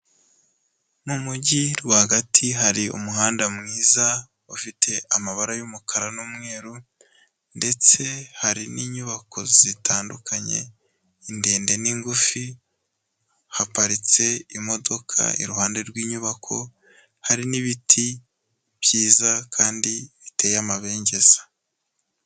Mu mujyi rwagati hari umuhanda mwiza ufite amabara y'umukara n'umweru ndetse hari n'inyubako zitandukanye, indende n'ingufi, haparitse imodoka iruhande rw'inyubako hari n'ibiti byiza kandi biteye amabengeza.